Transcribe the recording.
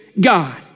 God